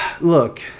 look